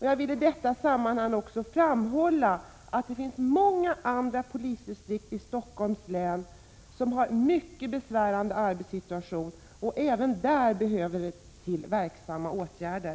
Jag vill i detta sammanhang också framhålla att det finns många andra polisdistrikt i Stockholms län som har en mycket besvärlig arbetssituation och även där behöver man vidta verkningsfulla åtgärder.